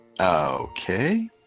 Okay